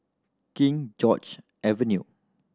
King George Avenue